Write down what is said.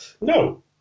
No